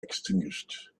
extinguished